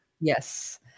Yes